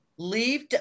Leave